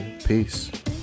Peace